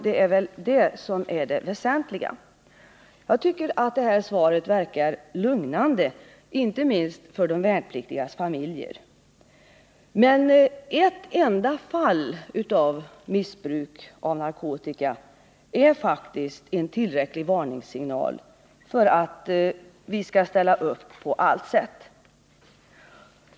Det är väl detta som är det väsentliga. Jag tycker att svaret verkar lugnande, inte minst för de värnpliktigas familjer. Men ett enda fall av missbruk av narkotika är faktiskt en tillräcklig varningssignal för att vi skall ställa upp på allt sätt.